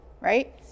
right